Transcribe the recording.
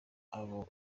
abo